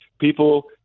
people